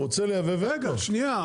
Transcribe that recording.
רגע שניה,